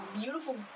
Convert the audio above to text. beautiful